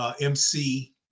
MC